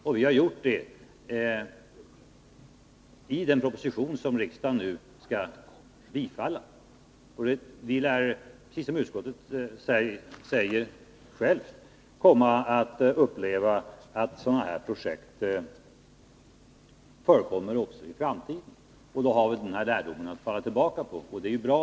Och vi har gjort det i den proposition som riksdagen nu skall bifalla. Vi lär, precis som utskottet säger självt, komma att uppleva att sådana här projekt förekommer också i framtiden. Då har vi den här lärdomen att falla tillbaka på, och det är bra.